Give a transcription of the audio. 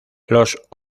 los